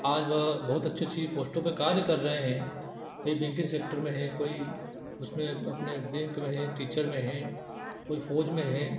आज वह बहुत अच्छी अच्छी पोस्टों पर कार्य कर रहे हैं कोई बैंकिंग सेक्टर में है कोई उसमें अपने बैंक में है टीचर में है कोई फौज में है